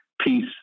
peace